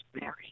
Mary